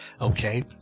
okay